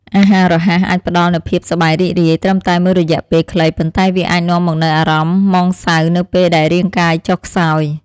អាហាររហ័សអាចផ្តល់នូវភាពសប្បាយរីករាយត្រឹមតែមួយរយៈពេលខ្លីប៉ុន្តែវាអាចនាំមកនូវអារម្មណ៍ហ្មងសៅនៅពេលដែលរាងកាយចុះខ្សោយ។